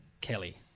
Kelly